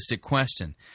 question